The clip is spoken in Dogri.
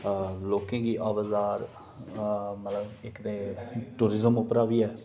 लोकें गी अवजार इक ते टूरिजम उप्प्परा बी ऐ